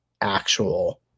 actual